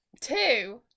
two